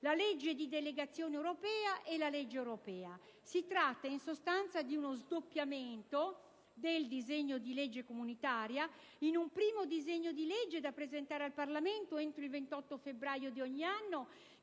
la legge di delegazione europea e la legge europea. Si tratta, in sostanza, di uno sdoppiamento del disegno di legge comunitaria, in un primo disegno di legge da presentare al Parlamento entro il 28 febbraio di ogni anno,